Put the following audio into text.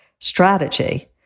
strategy